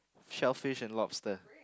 shellfish and lobster